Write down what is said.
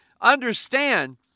understand